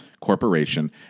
Corporation